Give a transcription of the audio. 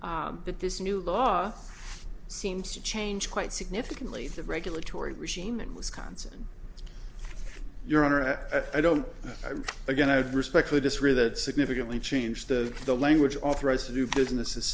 you but this new law seems to change quite significantly the regulatory regime in wisconsin your honor i don't again i would respectfully disagree that significantly change the the language authorized to do business is